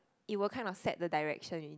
it will kind of set the direction you mean